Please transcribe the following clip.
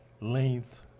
length